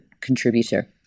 contributor